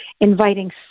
inviting